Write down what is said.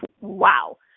wow